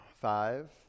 Five